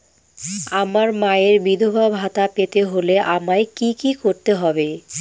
আমার মায়ের বিধবা ভাতা পেতে হলে আমায় কি কি করতে হবে?